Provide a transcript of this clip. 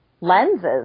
lenses